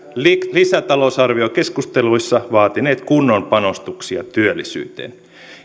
lisätalousarviokeskusteluissa vaatineet kunnon panostuksia työllisyyteen